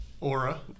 aura